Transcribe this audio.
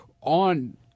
on